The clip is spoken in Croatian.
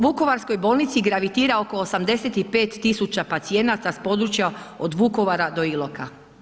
Vukovarskoj bolnici gravitira oko 85 tisuća pacijenata s područja od Vukovara do Iloka.